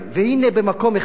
והנה, במקום אחד,